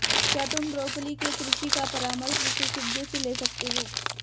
क्या तुम ब्रोकोली के कृषि का परामर्श विशेषज्ञों से ले सकते हो?